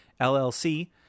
LLC